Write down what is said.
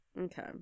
okay